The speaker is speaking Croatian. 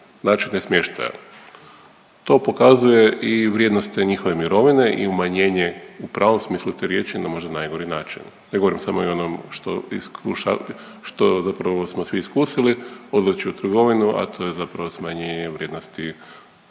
načine smještaja. To pokazuje i vrijednost te njihove mirovine i umanjenje u pravom smislu te riječi na možda najgori način. Ja govorim samo o onom što iskuša… što zapravo smo svi iskusili odlazeći u trgovinu, a to je zapravo smanjenje vrijednosti